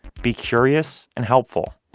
be curious and helpful